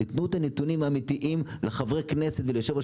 תנו את הנתונים האמיתיים לחברי כנסת וליושב-ראש